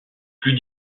plus